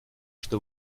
что